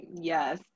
Yes